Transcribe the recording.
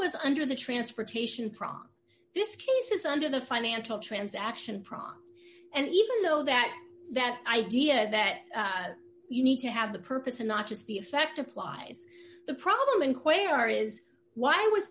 was under the transportation prom this case is under the financial transaction problem and even though that that idea that you need to have the purpose and not just the effect applies the problem in question are is why was